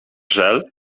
żel